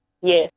Yes